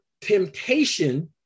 temptation